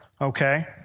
Okay